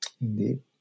Indeed